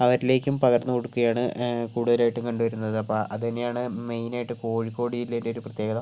അവരിലേക്കും പകർന്നു കൊടുക്കുകയാണ് കൂടുതലായിട്ടും കണ്ടുവരുന്നത് അപ്പം അതു തന്നെയാണ് മെയിനായിട്ട് കോഴിക്കോട് ജില്ലേൻ്റെയൊരു പ്രത്യേകത